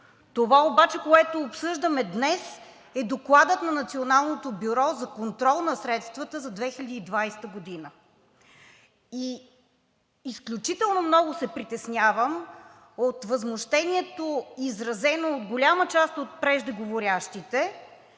Това обаче, което обсъждаме днес, е Докладът на Националното бюро за контрол на средствата за 2020 г. Изключително много се притеснявам от възмущението, изразено от голяма част от преждеговорившите,